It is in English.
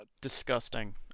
disgusting